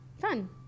fun